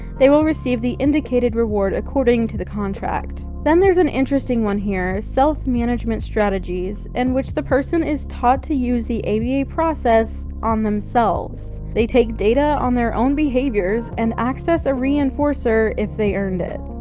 they will receive the indicated reward according to the contract. then there's an interesting one here, self-management strategies, in which the person is taught to use the aba process on themselves. they take data on their own behaviors and access a reinforcer if they earned it.